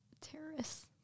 terrorists